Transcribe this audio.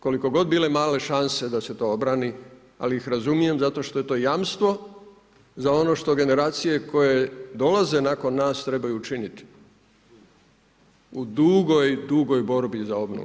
Koliko god bile male šanse da se to obrani, ali ih razumijem zato što je to jamstvo za ono što generacije koje dolaze nakon nas trebaju učiniti u dugoj dugoj borbi za obnovu.